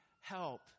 help